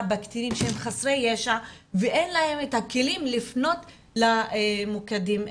בקטינים שהם חסרי ישע ואין להם את הכלים לפנות למוקדים אלה.